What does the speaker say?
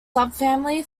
subfamily